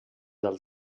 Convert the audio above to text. del